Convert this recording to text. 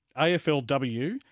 AFLW